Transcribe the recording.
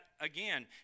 again